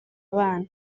bana